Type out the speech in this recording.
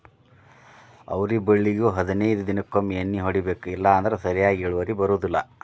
ಅವ್ರಿ ಬಳ್ಳಿಗು ಹದನೈದ ದಿನಕೊಮ್ಮೆ ಎಣ್ಣಿ ಹೊಡಿಬೇಕ ಇಲ್ಲಂದ್ರ ಸರಿಯಾಗಿ ಇಳುವರಿ ಬರುದಿಲ್ಲಾ